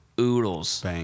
oodles